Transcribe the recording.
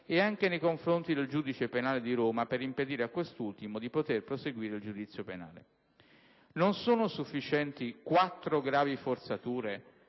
ed anche nei confronti del giudice penale di Roma per impedire a quest'ultimo di poter proseguire il giudizio penale. Non sono sufficienti quattro gravi forzature